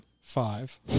five